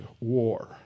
war